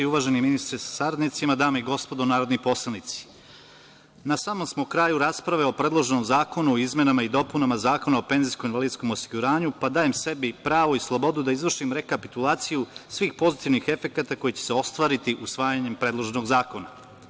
Uvaženi ministre sa saradnicima, dame i gospodo narodni poslanici, na samom smo kraju rasprave o predloženom zakonu o izmenama i dopunama Zakona o penzijskom i invalidskom osiguranju, pa dajem sebi pravo i slobodu da izvršim rekapitulaciju svih pozitivnih efekata koji će se ostvariti usvajanjem predloženog zakona.